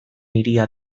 hiria